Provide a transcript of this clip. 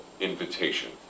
invitation